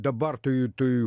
dabar tai tai